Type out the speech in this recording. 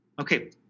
okay